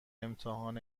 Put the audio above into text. امتحان